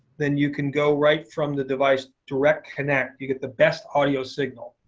then you can go right from the device direct connect. you get the best audio signal.